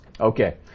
Okay